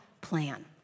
plan